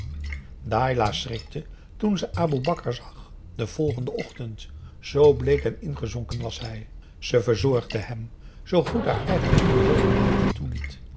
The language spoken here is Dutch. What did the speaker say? dailah schrikte toen ze aboe bakar zag den volgenden ochtend zoo bleek en ingezonken was hij ze verzorgde hem zoo goed haar eigen onbeholpenheid het toeliet